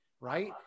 right